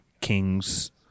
kings